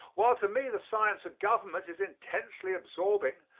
while to me the science of government is intensely absorbing,